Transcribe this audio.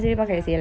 ya